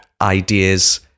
ideas